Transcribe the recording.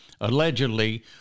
allegedly